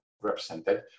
represented